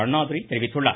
அண்ணாதுரை தெரிவித்துள்ளார்